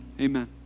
Amen